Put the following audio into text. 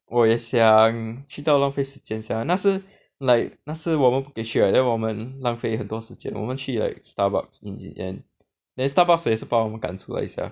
我也想去到浪费时间 sia 那时 like 那时我们不可以去了 then 我们浪费很多时间我们去 like Starbucks in the end then Starbucks 也是把我们赶出了一下